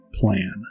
plan